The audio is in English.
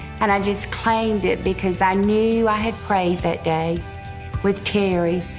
and i just claimed it because i knew i had prayed that day with terry,